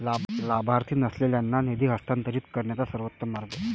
लाभार्थी नसलेल्यांना निधी हस्तांतरित करण्याचा सर्वोत्तम मार्ग